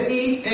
eat